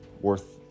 worth